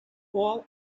all